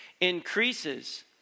increases